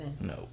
No